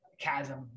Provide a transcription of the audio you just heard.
chasm